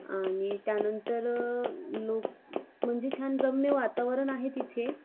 आणि त्यानंतर लोक म्हणजे छान रम्य वातावरण आहे तिथे